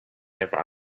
never